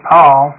Paul